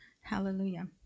Hallelujah